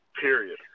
Period